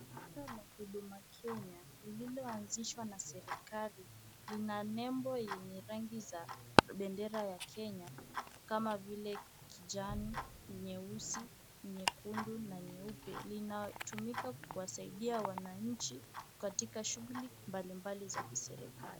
Picha ya huduma Kenya lililo anzishwa na serikali lina nembo yenye rangi za bendera ya Kenya kama vile kijani, nyeusi, nyekundu na nyeupe. Linatumika kuwasaidia wananchi katika shughuli mbalimbali za kiserikali.